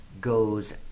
goes